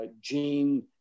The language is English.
gene